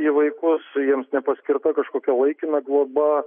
į vaikus jiems nepaskirta kažkokia laikina globa